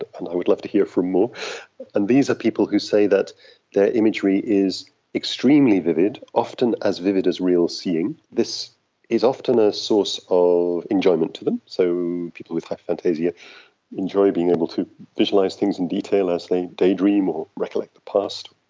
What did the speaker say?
and i would love to hear from more, and these are people who say that their imagery is extremely vivid, often as vivid as real seeing. this is often a source of enjoyment to them. so people with hyperphantasia enjoy being able to visualise things in detail as they daydream or recollect the past,